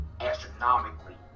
astronomically